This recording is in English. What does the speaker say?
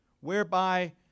whereby